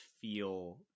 feel